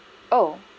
oh